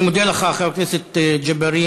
אני מודה לך, חבר הכנסת ג'בארין.